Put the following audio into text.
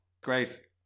great